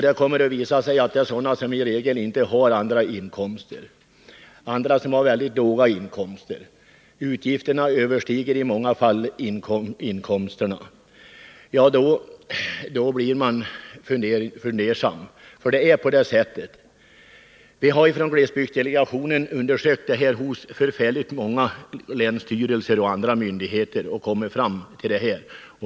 Det kommer att visa sig att det är fråga om människor som i regel inte har några andra inkomster eller som har väldigt låga inkomster. Utgifterna överstiger i många fall inkomsterna. Ja, man blir fundersam. Från glesbygdsdelegationens sida har vi undersökt detta förhållande vid synnerligen många länsstyrelser och myndigheter och har då kommit fram till detta.